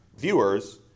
Viewers